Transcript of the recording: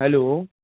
hello